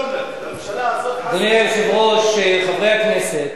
אדוני היושב-ראש, חברי הכנסת,